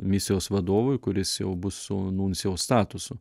misijos vadovui kuris jau bus su nuncijaus statusu